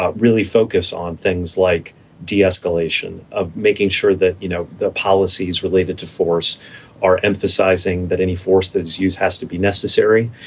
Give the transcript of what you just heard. ah really focus on things like de-escalation of making sure that, you know, policies related to force are emphasizing that any force that is used has to be necessary.